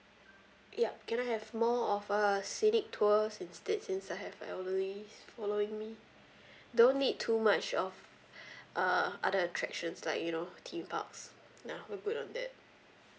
yup can I have more of a scenic tours instead since I have elderlies following me don't need too much of uh other attractions like you know theme parks ya we're good on that